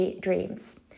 dreams